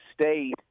State